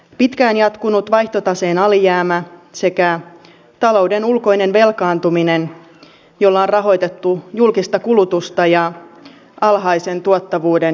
pitkään jatkunut vaihtotaseen alijäämä sekä talouden ulkoinen velkaantuminen jolla on rahoitettu julkista kulutusta ja alhaisen tuottavuuden investointeja